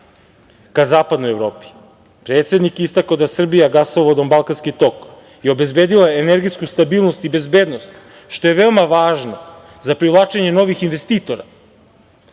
ga Zapadnoj Evropi. Predsednik je istakao da Srbija gasovodom Balkanski tok je obezbedila energetsku stabilnost i bezbednost, što je veoma važno za privlačenje novih investitora